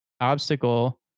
obstacle